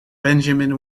benjamin